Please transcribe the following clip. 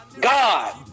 God